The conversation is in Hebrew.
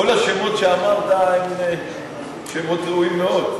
כל השמות שאמרת הם שמות ראויים מאוד.